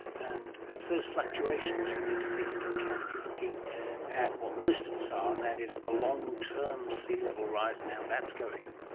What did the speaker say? and it's those fluctuations you need to take into account if you're looking at what most of us are, ah and that is the long-term sea level rise now that's going.